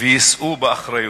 ולשאת באחריות.